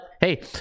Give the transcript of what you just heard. hey